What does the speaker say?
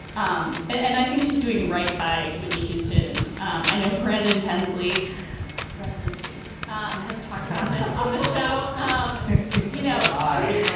um and and i think she's doing right by whitney houston. um i know brandon hensley rest in peace um has talked about this on this show um you know like